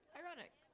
ironic